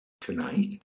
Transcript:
tonight